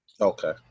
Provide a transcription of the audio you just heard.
Okay